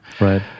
right